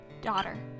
Daughter